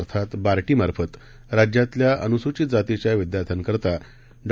अर्थातबार्टीमार्फतराज्यातल्याअनुसूचितजातीच्याविद्यार्थ्यांकारिताडॉ